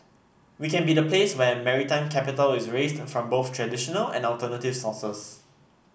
we can be the place where maritime capital is raised from both traditional and alternative sources